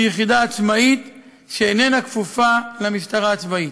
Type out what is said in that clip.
שהיא יחידה עצמאית שאיננה כפופה למשטרה הצבאית.